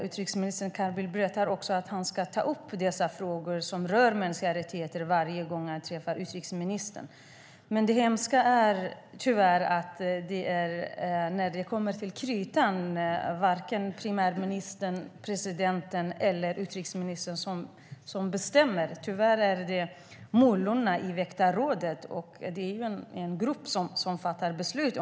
Utrikesministern säger också att han tar upp de frågor som rör mänskliga rättigheter varje gång han träffar den iranske utrikesministern. Det hemska är att när det kommer till kritan är det varken premiärministern, presidenten eller utrikesministern som bestämmer. Tyvärr är det mullorna i väktarrådet som gör det. Det är den grupp som fattar besluten.